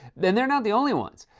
and they're not the only ones.